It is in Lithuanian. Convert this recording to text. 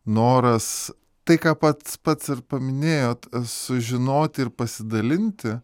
noras tai ką pats pats ir paminėjot sužinot ir pasidalinti